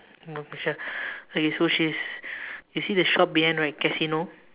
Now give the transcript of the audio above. no pressure okay so she's you see the shop behind right is casino